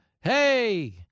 Hey